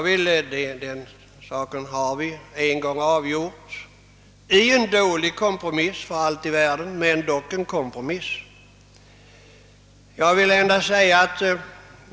Vi har redan en gång beslutat om organet i en kompromiss, låt vara en dålig sådan.